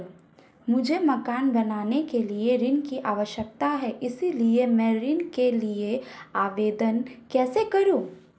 मुझे मकान बनाने के लिए ऋण की आवश्यकता है इसलिए मैं ऋण के लिए आवेदन कैसे करूं?